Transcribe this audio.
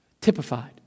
typified